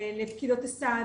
לפקידות הסעד,